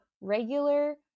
regular